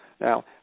Now